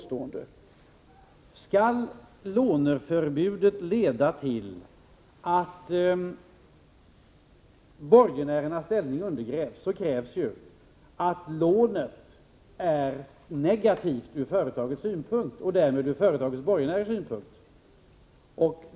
Skall låneförbudet leda till att borgenärernas ställning undergrävs krävs det att lånet är negativt ur företagets synvinkel och därmed ur företagets borgenärers synvinkel.